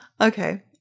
Okay